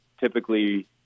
typically